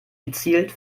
gezielt